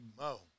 Mo